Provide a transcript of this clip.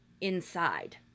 inside